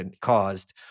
caused